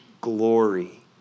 glory